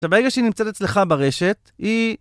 כשברגע שהיא נמצאת אצלך ברשת, היא...